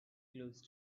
close